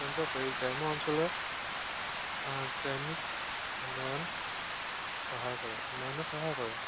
কেন্দ্ৰ কৰি গ্ৰাম্য অঞ্চলৰ গ্ৰামীক উন্নয়ন সহায় কৰে উন্নয়নত সহায় কৰে